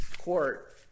court